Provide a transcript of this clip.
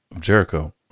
Jericho